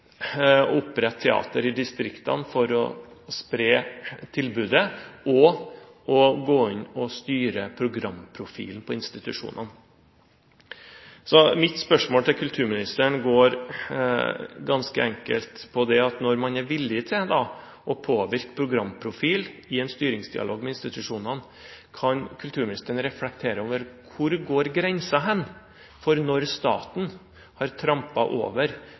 teater i distriktene for å spre tilbudet og det å gå inn og styre programprofilen til institusjonene. Så mitt spørsmål til kulturministeren går ganske enkelt på dette: Når man er villig til å påvirke programprofil i en styringsdialog med institusjonene, kan kulturministeren reflektere over hvor grensen går for når staten har trampet over